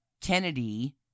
Kennedy